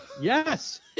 Yes